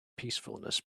peacefulness